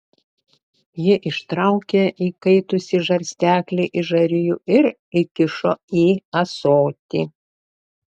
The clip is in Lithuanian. ji ištraukė įkaitusį žarsteklį iš žarijų ir įkišo į ąsotį